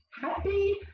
happy